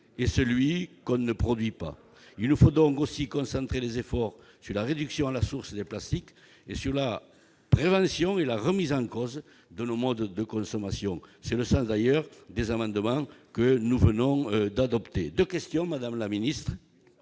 est celui qu'on ne produit pas. Il nous faut donc aussi concentrer les efforts sur la réduction à la source des plastiques et sur la prévention et la remise en cause de nos modes de consommation. C'est le sens d'ailleurs des amendements que nous venons d'adopter. Deux questions, madame la secrétaire